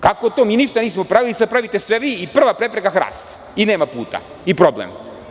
Kako to, mi ništa nismo pravili, sad pravite sve vi i prva prepreka je hrast i nema puta i problem.